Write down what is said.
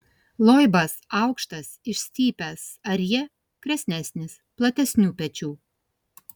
loibas aukštas išstypęs arjė kresnesnis platesnių pečių